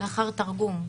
לאחר תרגום.